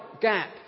gap